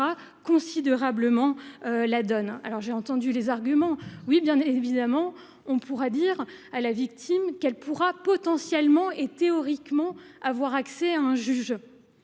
considérablement la donne. J’ai entendu les arguments : on pourra dire à la victime qu’elle pourra potentiellement et théoriquement avoir accès à un juge.